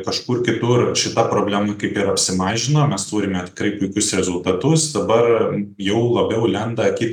kažkur kitur šita problema kaip ir apsimažino mes turime tikrai puikius rezultatus dabar jau labiau lenda kitos